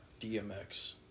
DMX